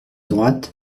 droite